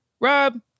Rob